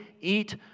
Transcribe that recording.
Eat